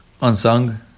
Unsung